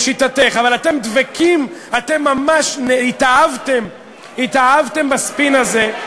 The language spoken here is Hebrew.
אבל אתם דבקים, אתם ממש התאהבתם בספין הזה.